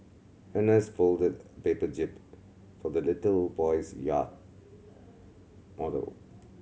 an nurse folded a paper jib for the little boy's yacht model